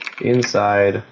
Inside